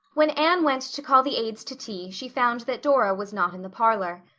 when anne went to call the aids to tea she found that dora was not in the parlor.